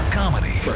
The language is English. comedy